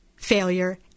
failure